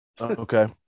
Okay